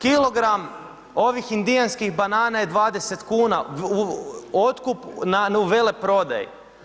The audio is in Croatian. Kilogram ovih indijanskih banana je 20 kuna, otkup u veleprodaji.